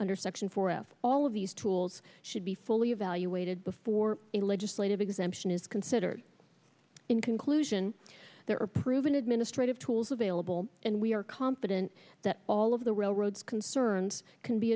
under section four if all of these tools should be fully evaluated before a legislative exemption is considered in conclusion there are proven administrative tools available and we are confident that all of the railroads concerns can be